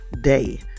day